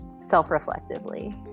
self-reflectively